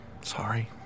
Sorry